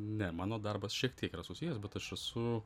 ne mano darbas šiek tiek yra susijęs bet aš esu